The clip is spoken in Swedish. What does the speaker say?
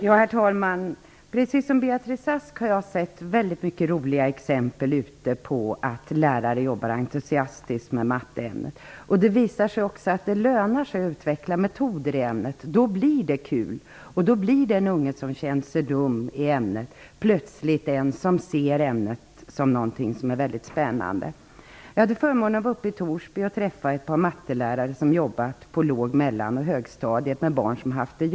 Herr talman! Precis som Beatrice Ask har jag sett många roliga exempel på att lärare jobbar entusiastiskt med matteämnet. Det visar sig också att det lönar sig att utveckla metoder i ämnet. Då blir det kul, och då ser plötsligt den unge som har känt sig dålig i ämnet att matte kan vara ett väldigt spännande ämne. Jag har haft förmånen att vara i Torsby och träffa ett par mattelärare som har jobbat med barn som har haft det svårt på låg-, mellan och högstadiet.